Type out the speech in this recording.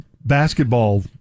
basketball